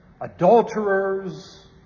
adulterers